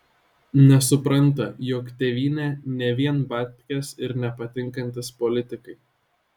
nesupranta jog tėvynė ne vien babkės ir nepatinkantys politikai